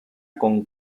con